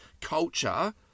culture